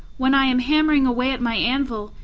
when i am hammering away at my anvil,